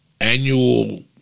annual